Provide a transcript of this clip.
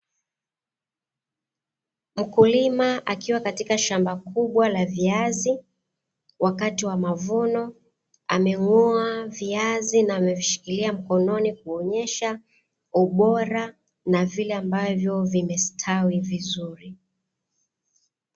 Mkulima akiwa katika shamba kubwa la viazi wakati wa mavuno, ameng'oa viazi na amevishikilia mkononi, kuonyesha ubora na vile ambavyo vimestawi vizuri.